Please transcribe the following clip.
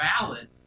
valid